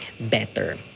better